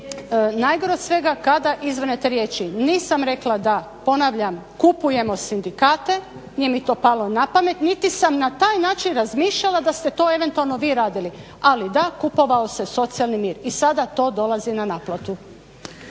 najgore od svega kada izvrnete riječi. Ponavljam nisam rekla da kupujemo sindikate nije mi to palo na pamet niti sam na taj način razmišljala da ste to eventualno vi radili. Ali da, kupovao se socijalni mir i sada to dolazi na naplatu.